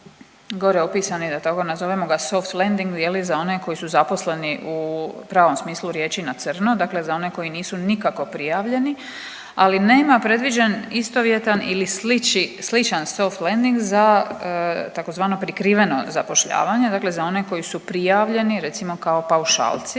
gore opisani da tako nazovemo ga softlanding za one koji su zaposleni u pravom smislu riječi na crno. Dakle, za one koji nisu nikako prijavljeni ali nema predviđen istovjetan ili sličan softlanding za tzv. prikriveno zapošljavanje. Dakle, za one koji su prijavljeni recimo kao paušalci,